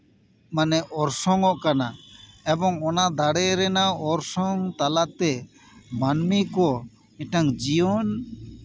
ᱢᱟᱱᱮ ᱚᱨᱥᱚᱝ ᱚᱜ ᱠᱟᱱᱟ ᱮᱵᱚᱝ ᱚᱱᱟ ᱫᱟᱲᱮ ᱨᱮᱱᱟᱜ ᱚᱨᱥᱚᱝ ᱛᱟᱞᱟᱛᱮ ᱢᱟᱹᱢᱤ ᱠᱚ ᱢᱤᱫᱴᱟᱱ ᱡᱤᱭᱚᱱ